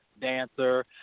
dancer